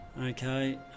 Okay